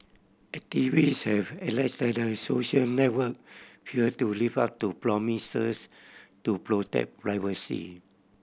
activist have alleged that the social network failed to live up to promises to protect privacy